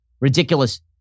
ridiculous